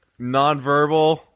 nonverbal